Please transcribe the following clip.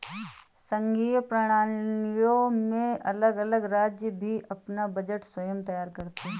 संघीय प्रणालियों में अलग अलग राज्य भी अपना बजट स्वयं तैयार करते हैं